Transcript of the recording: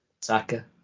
Saka